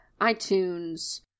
iTunes